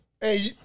Hey